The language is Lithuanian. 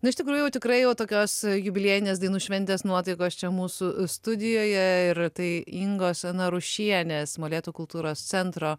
nu iš tikrųjų jau tikrai jau tokios jubiliejinės dainų šventės nuotaikos čia mūsų studijoje ir tai ingos narušienės molėtų kultūros centro